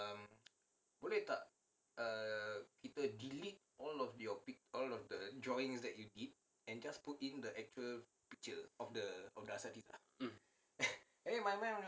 mm